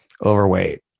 overweight